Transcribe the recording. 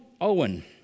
Owen